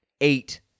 eight